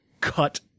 cut